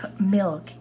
milk